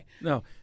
No